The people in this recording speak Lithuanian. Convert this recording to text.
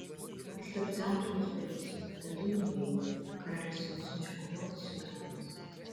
aš tapsiu afrikos princu beduinų bajoru karalius mane siunčia kovoti su arabais